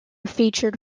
featured